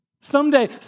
Someday